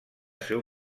seu